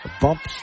Bumps